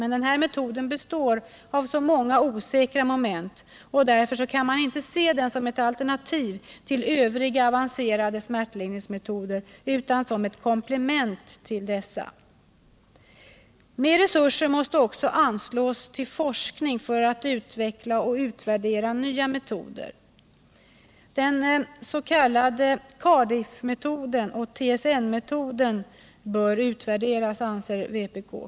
Men denna metod består av många osäkra moment och kan därför inte ses som ett alternativ till övriga avancerade smärtlindringsmetoder utan som ett komplement till dessa. Mer resurser måste anslås till forskning för att utveckla och utvärdera nya metoder. Sålunda bör Cardiffmetoden och TSN-metoden utvärderas.